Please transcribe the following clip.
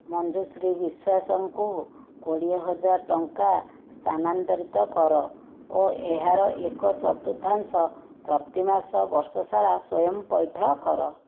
ମଞ୍ଜୁଶ୍ରୀ ବିଶ୍ୱାସଙ୍କୁ କୋଡ଼ିଏ ହଜାର ଟଙ୍କା ସ୍ଥାନାନ୍ତରିତ କର ଓ ଏହାର ଏକ ଚତୁର୍ଥାଂଶ ପ୍ରତି ମାସ ବର୍ଷସାରା ସ୍ଵୟଂ ପଇଠ କର